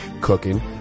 cooking